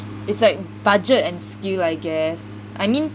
it's like budget and skill I guess I mean